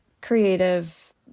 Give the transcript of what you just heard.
creative